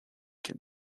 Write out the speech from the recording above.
can